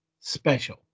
special